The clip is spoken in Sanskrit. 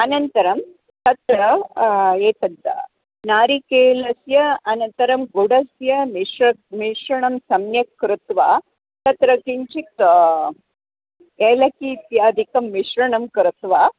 अनन्तरं तत्र एतद् नारिकेलस्य अनन्तरं गुढस्य मिश्रणं मिश्रणं सम्यक् कृत्वा तत्र किञ्चित् एलक्की इत्यादिकं मिश्रणं कृत्वा